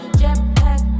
jetpack